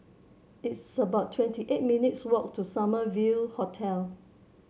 it's about twenty eight minutes' walk to Summer View Hotel